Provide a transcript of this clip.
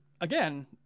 again